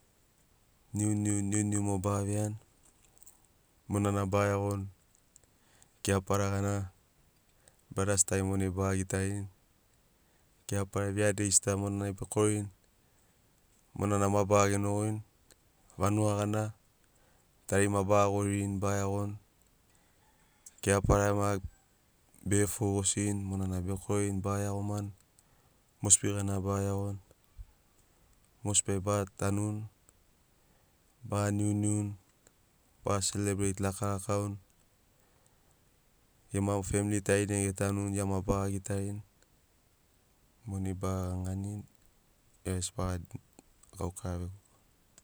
Niuniu niuniu mogo mogo baga veiani monana baga iagoni keapara gana bradas tari monai baga gitarini. Keaparai vira deis ta monai bekorini monana ma baga genogoini vanuga gana tari ma baga goririni baga iagoni keaparai ma bege fou gosini monana bekorini baga iagomani mosbi gana baga iagoni mosbi ai baga tanuni baga niuniuni baga selebreit laka lakauni gema femli tari ainai ge tanuni gia ma baga gitarini monai baga gani ganini gia gesi baga gaukara vegogoni